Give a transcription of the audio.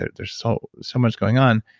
there's there's so so much going on.